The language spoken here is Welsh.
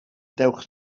dewch